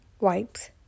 wipes